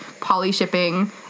poly-shipping